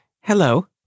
hello